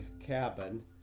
cabin